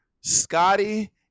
Scotty